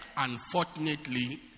Unfortunately